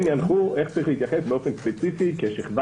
הם ינחו איך צריך להתייחס באופן ספציפי כשכבה